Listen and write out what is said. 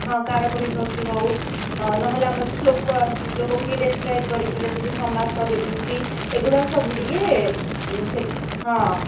ହଁ କାରକ ବିଭକ୍ତି ହେଉ ନହେଲେ ଆମର ଶ୍ଳୋକ ଆସୁଛି ଶ୍ଳୋକକୁ ଟିକେ ଡ୍ରେସକ୍ରାଇବ କରିକି ଲେଖୁଛେ ସମାସ ବିଭକ୍ତି ଏଗୁଡ଼ାକ ସବୁ ଟିକେ ହଁ